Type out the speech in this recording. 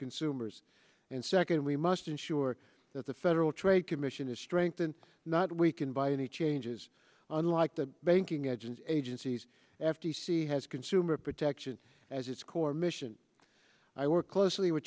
consumers and second we must ensure that the federal trade commission is strengthened not weakened by any changes unlike the banking agent agencies f t c has consumer protection as its core mission i work closely with